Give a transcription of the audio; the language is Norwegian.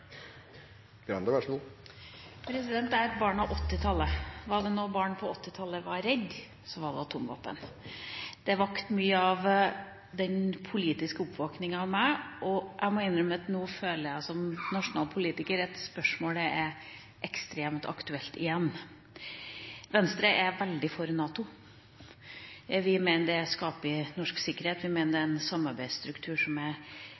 er barn av 1980-tallet. Var det noe barn på 1980-tallet var redde for, var det atomvåpen. Det vakte mye av den politiske oppvåkningen i meg, og jeg må innrømme at nå føler jeg som nasjonal politiker at spørsmålet er ekstremt aktuelt igjen. Venstre er veldig for NATO. Vi mener det skaper norsk sikkerhet, og vi mener det er en samarbeidsstruktur som er